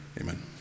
Amen